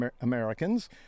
Americans